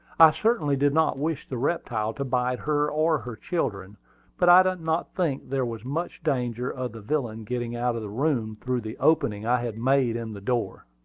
i certainly did not wish the reptile to bite her or her children but i did not think there was much danger of the villain getting out of the room through the opening i had made in the door.